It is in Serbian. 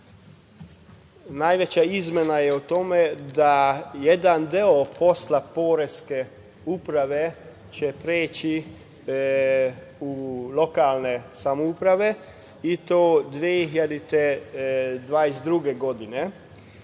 najveća izmena je u tome da jedan deo posla Poreske uprave će preći u lokalne samouprave i to 2022. godine.